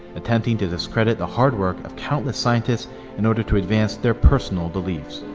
attempting to discredit the hard work of countless scientists in order to advance their personal beliefs.